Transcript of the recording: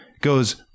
goes